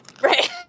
Right